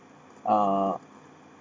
uh